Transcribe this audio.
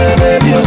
baby